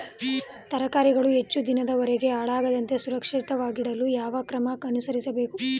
ತರಕಾರಿಗಳು ಹೆಚ್ಚು ದಿನದವರೆಗೆ ಹಾಳಾಗದಂತೆ ಸುರಕ್ಷಿತವಾಗಿಡಲು ಯಾವ ಕ್ರಮ ಅನುಸರಿಸಬೇಕು?